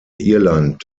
irland